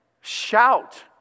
Shout